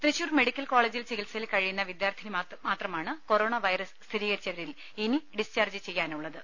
തൃശൂർ മെഡിക്കൽകോളേജിൽ ചികിത്സയിൽ കഴിയുന്ന വിദ്യാർഥിനി മാത്ര മാണ് കൊറോണ വൈറസ് സ്ഥിരീകരിച്ചവരിൽ ഇനി ഡിസ്ചാർജ് ചെയ്യാനുള്ളത്